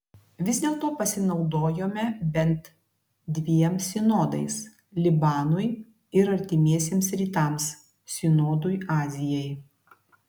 vis dėlto pasinaudojome bent dviem sinodais libanui ir artimiesiems rytams sinodui azijai